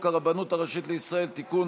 הרבנות הראשית לישראל הרבנות הראשית לישראל (תיקון,